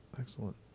excellent